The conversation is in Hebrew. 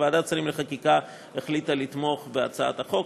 ועדת שרים לחקיקה החליטה לתמוך בהצעת החוק